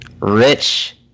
Rich